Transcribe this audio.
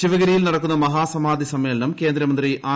ശിവഗിരിയിൽ നടക്കുന്ന മഹാസമാധി സമ്മേളനം കേന്ദ്രമന്ത്രി ആർ